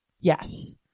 yes